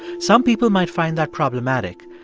some people might find that problematic,